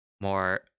more